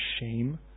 shame